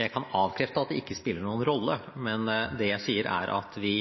Jeg kan avkrefte at det ikke spiller noen rolle. Men det jeg sier, er at vi